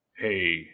Hey